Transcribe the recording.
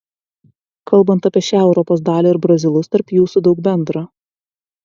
kalbant apie šią europos dalį ir brazilus tarp jūsų daug bendra